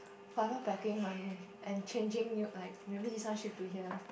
forever packing my room and changing new like maybe this one should do here